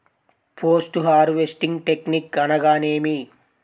Post harvesting technique అనగా నేమి?